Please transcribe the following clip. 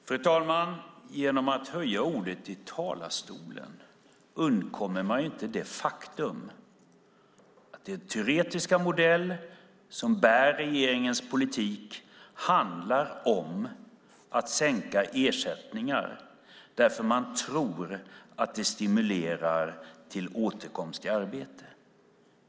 Fru talman! Genom att höja rösten i talarstolen undkommer man inte det faktum att den teoretiska modell som bär regeringens politik handlar om att sänka ersättningar därför att man tror att det stimulerar återkomst i arbete.